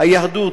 היהדות,